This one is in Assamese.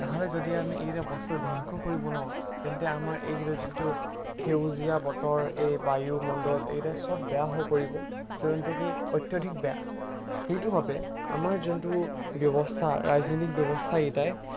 তাহাঁতৰ যদি আমি এইকেইটা বস্তু ধ্বংস কৰিব লওঁ তেন্তে আমাৰ এইকেইটা যোনটো সেউজীয়া বতৰ এই বায়ুমণ্ডল এইকেইটা চব বেয়া হৈ পৰিব যোনটো নেকি অত্যাধিক বেয়া সেইটোৰ বাবে আমাৰ যোনটো ব্যৱস্থা ৰাজনৈতিক ব্যৱস্থাকেইটাই